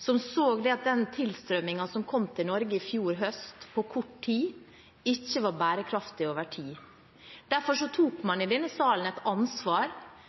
som så at den tilstrømmingen som kom til Norge i fjor høst på kort tid, ikke var bærekraftig over tid. Derfor tok man i denne salen et ansvar